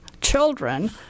children